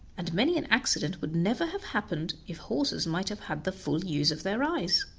and many an accident would never have happened if horses might have had the full use of their eyes.